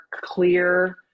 clear